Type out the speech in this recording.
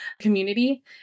community